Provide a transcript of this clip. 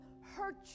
hurt